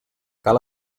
cal